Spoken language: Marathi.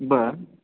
बरं